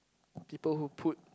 people who put